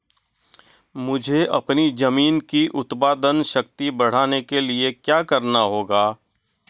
मुझे अपनी ज़मीन की उत्पादन शक्ति बढ़ाने के लिए क्या करना होगा?